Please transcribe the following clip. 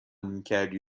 میکردی